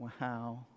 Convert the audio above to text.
Wow